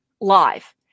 live